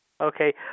Okay